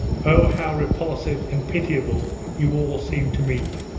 oh, how repulsive and pitiable you all seem to me!